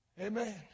Amen